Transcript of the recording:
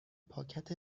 پاکت